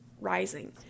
rising